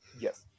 yes